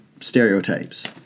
stereotypes